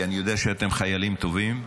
כי אני יודע שאתם חיילים טובים,